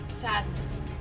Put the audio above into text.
sadness